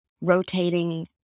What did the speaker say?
rotating